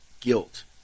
guilt